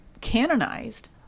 canonized